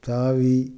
தாவி